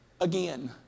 again